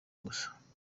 gusa